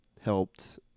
helped